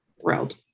thrilled